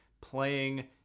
playing